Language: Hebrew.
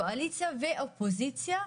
קואליציה ואופוזיציה,